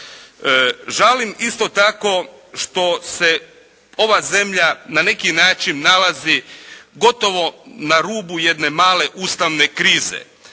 Žalim isto tako što se ova zemlja nalazi gotovo na rubu jedne male ustavne krize.